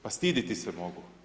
Pa stidite se mogu.